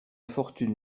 fortune